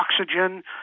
oxygen